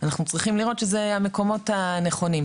אנחנו צריכים לראות שאלה המקומות הנכונים.